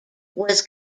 was